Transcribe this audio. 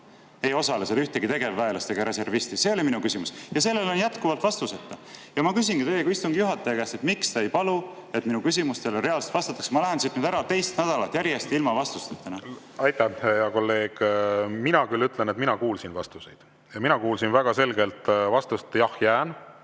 ei osale seal ühtegi tegevväelast ega reservisti. See oli minu küsimus ja see on jätkuvalt vastuseta. Ma küsingi teie kui istungi juhataja käest: miks te ei palu, et minu küsimustele reaalselt vastataks? Ma lähen siit teist nädalat järjest ära ilma vastusteta. Aitäh, hea kolleeg! Mina küll ütlen, et mina kuulsin vastuseid. Mina kuulsin väga selgelt vastust: "Jah, jään."